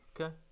okay